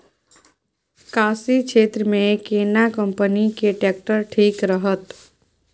कोशी क्षेत्र मे केना कंपनी के ट्रैक्टर ठीक रहत?